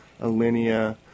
Alinea